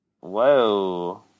Whoa